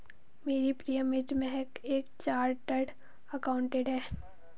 मेरी प्रिय मित्र महक एक चार्टर्ड अकाउंटेंट है